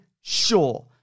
sure